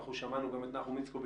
אנחנו שמענו גם את נחום איצקוביץ